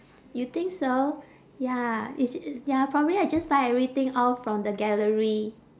you think so ya it's uh ya probably I just buy everything off from the gallery